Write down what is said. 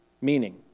meaning